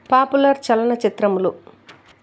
popular చలనచిత్రములు